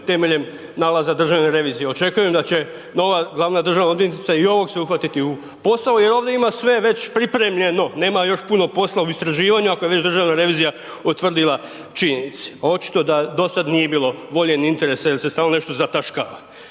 temeljem nalaza državne revizije. Očekujem da će nova glavna državna odvjetnica i ovog se uhvatiti u posao jer ovdje ima sve već pripremljeno, nema još puno posla u istraživanju ako je već državna revizija utvrdila činjenice. A očito da do sada nije bilo volje ni interesa jel se stalno nešto zataškava.